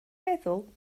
feddwl